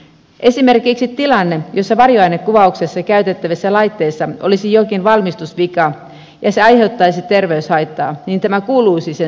esimerkiksi tilanne jossa varjoainekuvauksessa käytettävässä laitteessa olisi jokin valmistusvika ja se aiheuttaisi terveyshaittaa kuuluisi lain soveltamispiiriin